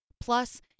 Plus